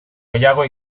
gehiago